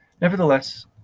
Nevertheless